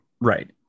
Right